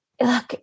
look